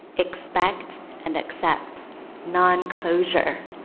expect and accept non closure.